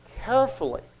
carefully